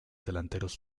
delanteros